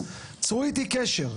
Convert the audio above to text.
צרו איתי קשר.